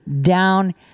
down